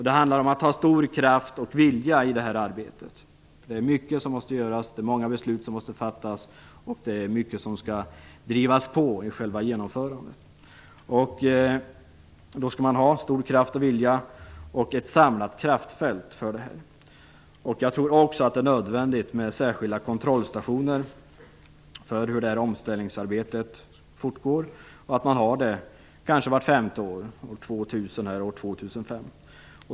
Det handlar om att ha stor kraft och vilja i det här arbetet. Det är mycket som måste göras, många beslut som måste fattas och det är mycket som skall drivas på vid själva genomförandet. Det behövs stor kraft och vilja samt ett samlat kraftfält. Jag tror också att det är nödvändigt med särskilda kontrollstationer för hur omställningsarbetet fortgår. Man kan kanske ha en kontrollstation vart femte år - år 2000 och år 2005.